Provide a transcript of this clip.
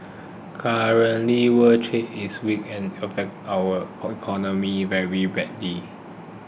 currently world trade is weak and has affected our economy very badly